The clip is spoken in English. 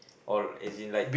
all as in like